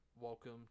welcome